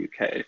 UK